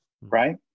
right